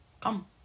Come